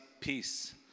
peace